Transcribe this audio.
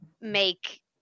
make